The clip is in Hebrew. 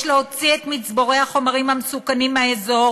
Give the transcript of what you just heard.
יש להוציא את מצבורי החומרים המסוכנים מהאזור,